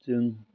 जों